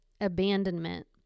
abandonment